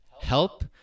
help